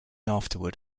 afterward